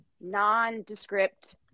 nondescript